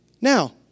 Now